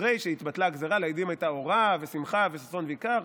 אחרי שהתבטלה הגזרה ליהודים הייתה אורה ושמחה וששון ויקר,